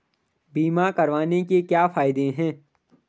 बीमा करवाने के क्या फायदे हैं?